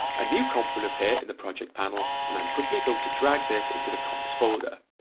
a new comp will appear in the project panel and i'm quickly going to drag this into the comps folder.